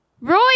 Roy